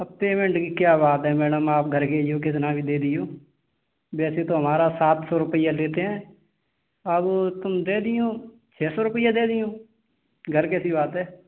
अब पेमेंट की क्या बात है मैडम आप घर के ही हो कितना भी दे दियो वैसे तो हमारा सात सौ रूपया लेते हैं अब तुम दे दियो छ सौ रूपया दे दियो घर कैसी बात है